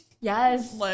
Yes